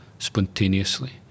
spontaneously